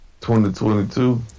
2022